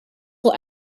will